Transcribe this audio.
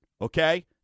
Okay